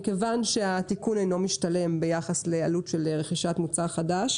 מכיוון שהתיקון אינו משתלם ביחס לעלות של רכישת מוצר חדש,